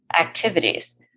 activities